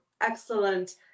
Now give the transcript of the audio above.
excellent